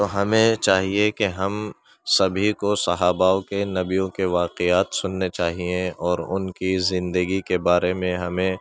تو ہمیں چاہیے كہ ہم سبھی كو صحاباؤں كے نبیوں كے واقعات سننے چاہئیں اور ان کی زندگی کے بارے میں ہمیں